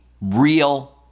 real